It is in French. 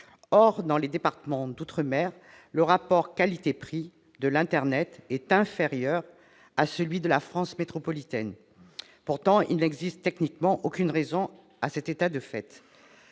Or, dans les départements d'outre-mer, le rapport qualité-prix de l'internet est inférieur à celui de la France métropolitaine. Pourtant, il n'existe techniquement aucune raison à cet état de fait.